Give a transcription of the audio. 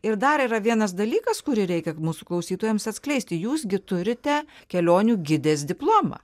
ir dar yra vienas dalykas kurį reikia mūsų klausytojams atskleisti jūs gi turite kelionių gidės diplomą